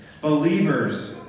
Believers